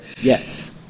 Yes